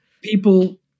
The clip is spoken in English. people